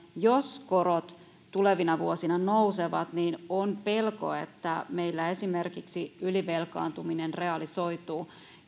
jos korot tulevina vuosina nousevat niin on pelko että meillä esimerkiksi ylivelkaantuminen realisoituu